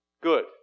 Good